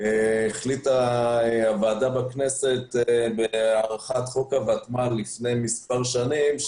החליטה הוועדה בכנסת בהארכת חוק הותמ"ל לפני מספר שנים,